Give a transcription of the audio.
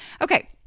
Okay